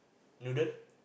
noodle